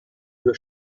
deux